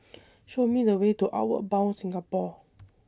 Show Me The Way to Outward Bound Singapore